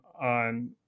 on